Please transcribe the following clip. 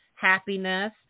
happiness